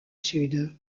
sud